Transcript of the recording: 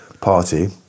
party